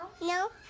No